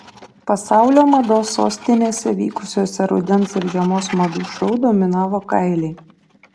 pasaulio mados sostinėse vykusiuose rudens ir žiemos madų šou dominavo kailiai